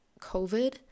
COVID